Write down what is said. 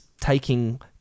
taking